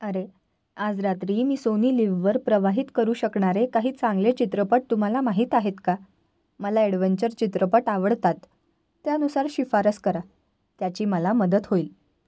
अरे आज रात्री मी सोनी लिव्हवर प्रवाहित करू शकणारे काही चांगले चित्रपट तुम्हाला माहीत आहेत का मला ॲडवेंचर चित्रपट आवडतात त्यानुसार शिफारस करा त्याची मला मदत होईल